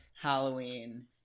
Halloween